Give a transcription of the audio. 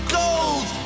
gold